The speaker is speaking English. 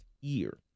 year